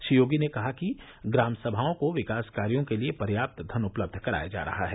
श्री योगी ने कहा कि ग्राम सभाओं को विकास कार्यो के लिए पर्याप्त धन उपलब्ध कराया जा रहा है